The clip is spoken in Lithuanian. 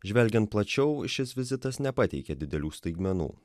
žvelgiant plačiau šis vizitas nepateikė didelių staigmenų